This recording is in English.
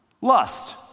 Lust